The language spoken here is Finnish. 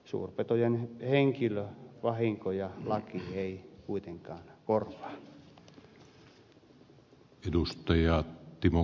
suurpetojen henkilövahinkoja laki ei kuitenkaan korvaa